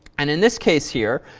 and in this case here,